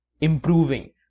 improving